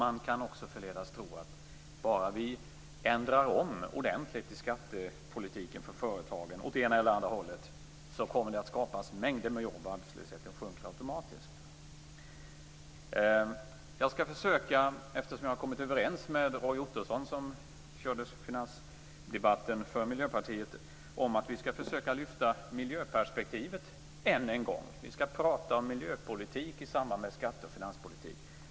Man kan förledas att tro att bara man ändrar ordentligt åt ena eller andra hållet i skattepolitiken när det gäller företagen så kommer det att skapas mängder med jobb samtidigt som arbetslösheten sjunker automatiskt. Jag har kommit överens med Roy Ottosson, som för Miljöpartiet deltog i finansdebatten, om att vi än en gång skall försöka lyfta fram miljöperspektivet. Vi skall prata om miljöpolitik i samband med skattepolitik och finanspolitik.